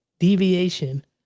Deviation